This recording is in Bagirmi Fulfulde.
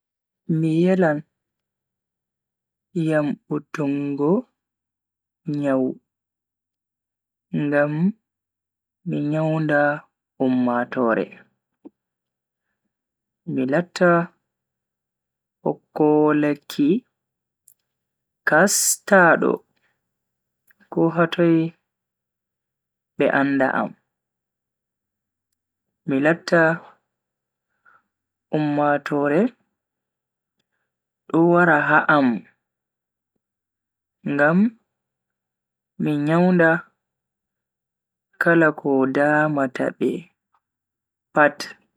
Mi yelan yambutungo nyawu ngam mi nyaunda ummatoore. Mi latta hokkowo lekki kastaado ko hatoi be anda am. Mi latta ummatoore do wara ha am ngam mi nyaunda kala ko damata be pat.